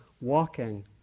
walking